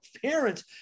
parents